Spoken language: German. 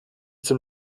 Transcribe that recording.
zum